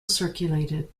circulated